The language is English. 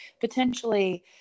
potentially